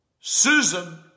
Susan